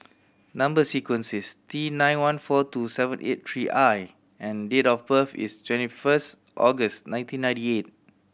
number sequence is T nine one four two seven eight three I and date of birth is twenty first August nineteen ninety eight